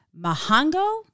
mahango